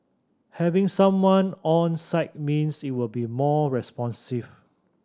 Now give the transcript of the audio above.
having someone on site means it will be more responsive